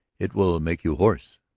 it will make you hoarse,